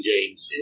James